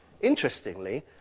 interestingly